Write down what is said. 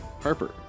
Harper